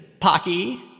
Pocky